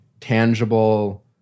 tangible